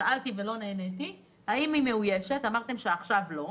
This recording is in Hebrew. שאלתי אם היא מאוישת ואמרתם שעכשיו לא.